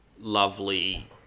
lovely